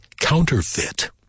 counterfeit